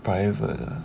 private ah